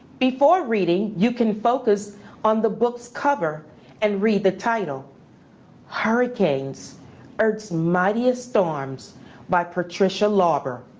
before reading you can focus on the book cover and read the title hurricanes earth's mightiest storms by patricia lauber.